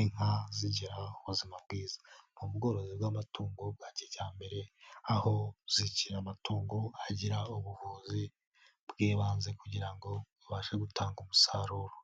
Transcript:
inka zigira ubuzima bwiza. Ni ubworozi bw'amatungo bwa kijyambere aho ugira amatungo agira ubuvuzi bw'ibanze, kugira ngo bubashe gutanga umusaruro.